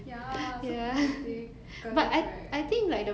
ya so positive right